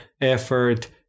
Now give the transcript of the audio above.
effort